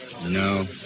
No